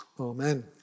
Amen